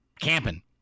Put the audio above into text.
camping